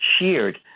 cheered